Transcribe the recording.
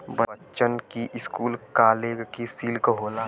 बच्चन की school college की सिल्क होला